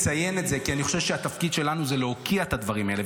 אני מציין את זה כי אני חושב שהתפקיד שלנו הוא להוקיע את הדברים האלה,